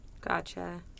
Gotcha